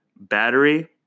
battery